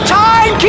time